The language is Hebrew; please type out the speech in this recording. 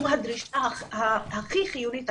הם הדרישה הכי חיונית עכשיו,